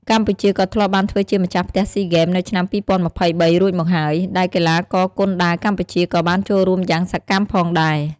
កម្ពុជាក៏ធ្លាប់បានធ្វើជាម្ចាស់ផ្ទះស៊ីហ្គេមនៅឆ្នាំ២០២៣រួចមកហើយ ដែលកីឡាករគុនដាវកម្ពុជាក៏បានចូលរួមយ៉ាងសកម្មផងដែរ។